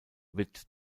wird